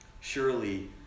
Surely